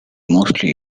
mostly